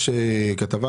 יש כתבה